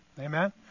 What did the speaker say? Amen